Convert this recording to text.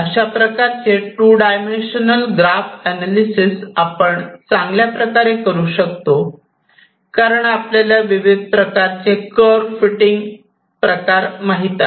अशा प्रकारचे two dimensional graph analysis आपण चांगल्या प्रकारे करू शकतो कारण आपल्याला विविध प्रकारचे वक्र फिटिंग प्रकार माहित आहेत